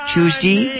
Tuesday